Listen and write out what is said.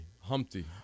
Humpty